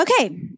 Okay